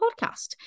podcast